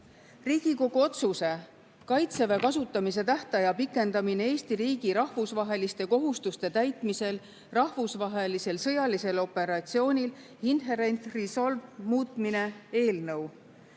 "Riigikogu otsuse "Kaitseväe kasutamise tähtaja pikendamine Eesti riigi rahvusvaheliste kohustuste täitmisel rahvusvahelisel sõjalisel operatsioonil Inherent Resolve" muutmine" eelnõu.